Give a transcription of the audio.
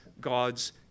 God's